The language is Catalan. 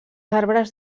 arbres